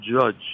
judge